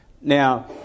Now